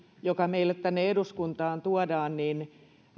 joka meille tänne eduskuntaan tuodaan